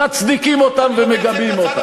מצדיקים אותם ומגבים אותם.